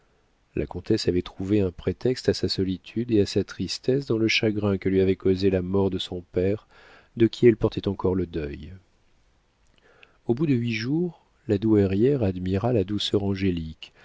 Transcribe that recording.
la comtesse avait trouvé un prétexte à sa solitude et à sa tristesse dans le chagrin que lui avait causé la mort de son père de qui elle portait encore le deuil au bout de huit jours la douairière admira la douceur angélique